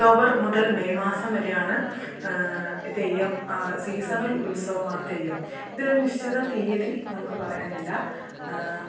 October മുതൽ May മാസം വരെയാണ് തെയ്യം സീസണൽ ഉത്സവമാണ് തെയ്യം ഇത് ഒരു നിശ്ചിത തിയതി നമുക്ക് പറയാനില്ല